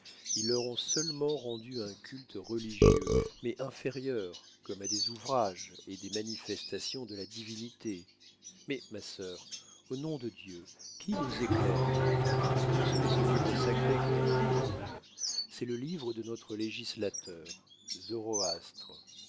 ils leur ont seulement rendu un culte religieux mais inférieur comme à des ouvrages et des manifestations de la divinité mais ma sœur au nom de dieu qui nous éclaire recevez ce livre sacré que je vous porte c'est le livre de notre législateur